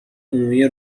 عمومی